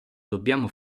dobbiamo